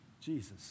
Jesus